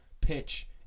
pitch